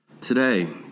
Today